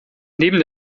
neben